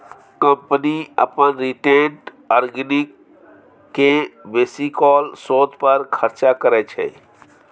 company अपन retained earning केँ बेसीकाल शोध पर खरचा करय छै